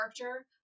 character